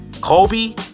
Kobe